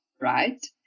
right